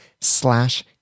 slash